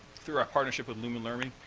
through our partnership with lumen learning,